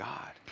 God